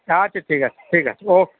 আচ্ছা ঠিক আছে ঠিক আছে ওকে